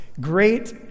great